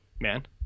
Man